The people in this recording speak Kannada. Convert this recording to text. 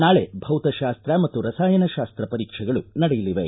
ನಾಳೆ ಭೌತಶಾಸ್ತ ಮತ್ತು ರಸಾಯನ ಶಾಸ್ತ ಪರೀಕ್ಷೆಗಳು ನಡೆಯಲಿವೆ